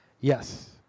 Yes